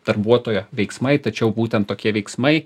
darbuotojo veiksmai tačiau būtent tokie veiksmai